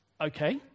okay